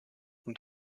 und